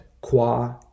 qua